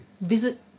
visit